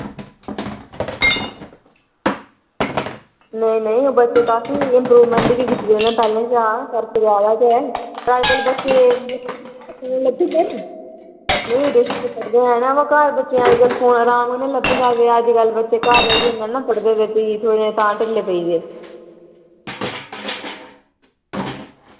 नेईं नेईं ओह् बच्चे काफी इम्प्रूवमेंट बी कीती दी उ'नें पैह्ले शा फर्क ज्यादा पर अज्जकल बच्चे लब्भी जंदे निं नेईं बेशक नेईं पढ़दे हैन वा घर बच्चें अज्जकल फोन आराम कन्नै लबभी जंदा के अज्जकल बच्चे घर जाइयै नेईं ना पढ़दे ते फ्ही थोह्ड़े तां ढिल्ले पेई गे